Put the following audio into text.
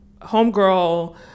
homegirl